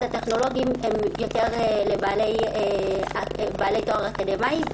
הטכנולוגיים הן יותר לבעלי תואר אקדמאי.